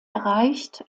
erreicht